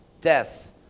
Death